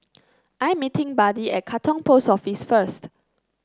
I'm meeting Buddy at Katong Post Office first